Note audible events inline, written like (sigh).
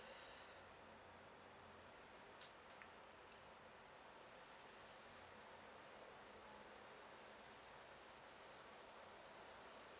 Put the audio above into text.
(breath)